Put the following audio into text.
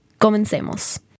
comencemos